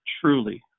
truly